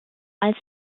als